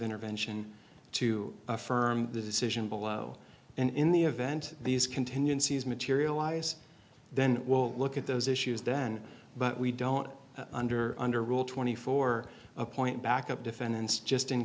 intervention to affirm the decision below and in the event these contingencies materialize then we'll look at those issues then but we don't under under rule twenty four appoint backup defendants just in